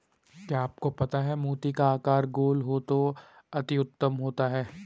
क्या आपको पता है मोती का आकार गोल हो तो अति उत्तम होता है